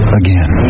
again